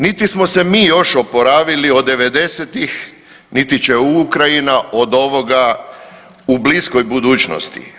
Niti smo se mi još oporavili od '90.-tih niti će Ukrajina od ovoga u bliskoj budućnosti.